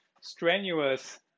strenuous